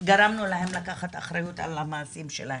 גרמנו להם לקחת אחריות על המעשים שלהם?